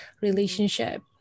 relationship